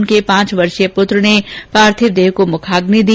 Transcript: उनके पांच वर्षीय पूत्र ने पार्थिव देह को मुखाग्नि दी